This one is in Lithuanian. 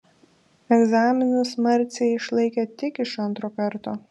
egzaminus marcė išlaikė tik iš antro karto